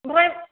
ओमफ्राय